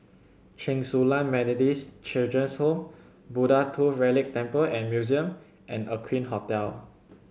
Chen Su Lan Methodist Children's Home Buddha Tooth Relic Temple and Museum and Aqueen Hotel